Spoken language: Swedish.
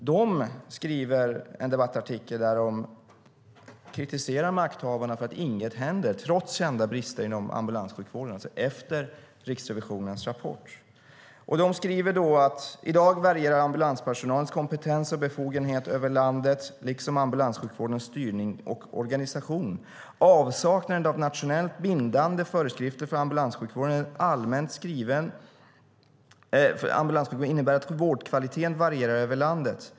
De skriver en debattartikel och kritiserar makthavarna för att inget händer trots kända brister inom ambulanssjukvården, alltså efter Riksrevisionens rapport. De skriver: "Idag varierar ambulanspersonalens kompetens och befogenheter över landet liksom ambulanssjukvårdens styrning och organisation. Avsaknaden av nationellt bindande föreskrifter för ambulanssjukvård innebär att vårdkvaliteten varierar över landet.